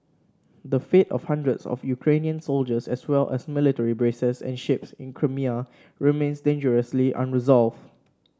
the fate of hundreds of Ukrainian soldiers as well as military bases and ships in Crimea remains dangerously unresolved